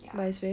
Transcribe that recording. ya